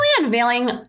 unveiling